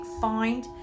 find